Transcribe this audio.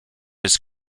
his